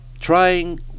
trying